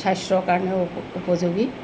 স্বাস্থ্যৰ কাৰণেও উপযোগী